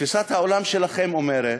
תפיסת העולם שלכם אומרת